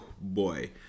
boy